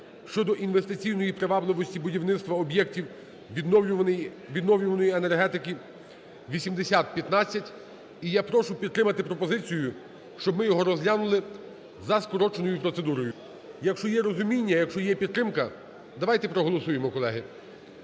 (щодо інвестиційної привабливості будівництва об'єктів відновлювальної енергетики) (8015). І я прошу підтримати пропозицію, щоб ми його розглянули за скороченою процедурою. Якщо є розуміння, якщо є підтримка, давайте проголосуємо, колеги.